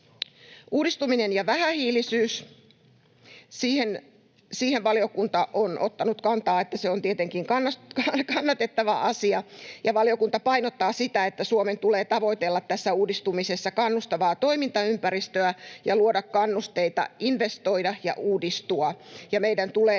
Uudistuminen ja vähähiilisyys: siihen valiokunta on ottanut kantaa, että se on tietenkin kannatettava asia, ja valiokunta painottaa sitä, että Suomen tulee tavoitella tässä uudistumisessa kannustavaa toimintaympäristöä ja luoda kannusteita, investoida ja uudistua, ja meidän tulee lisätä